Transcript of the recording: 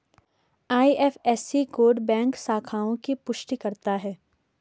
IFSC code bank शाखाओं की पुष्टि करता है